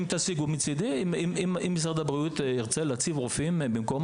אם משרד הבריאות ירצה להציב רופא במקום